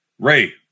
Ray